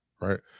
right